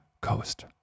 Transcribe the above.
coast